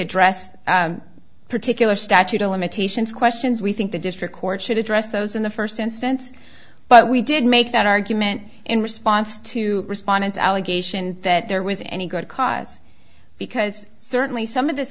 address particular statute of limitations questions we think the district court should address those in the first instance but we did make that argument in response to respondent allegation that there was any good cause because certainly some of this